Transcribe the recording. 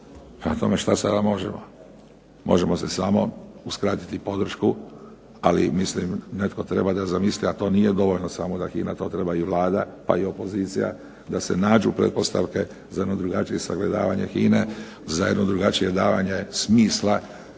tome, što sada možemo. Možemo samo uskratiti podršku ali mislim da netko treba da zamisli a to nije dovoljno samo da to HINA treba nego i Vlada i opozicija da se nađu pretpostavke za jedno drugačije sagledavanje HINA-e za jedno drugačije davanje smisla